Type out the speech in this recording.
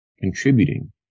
contributing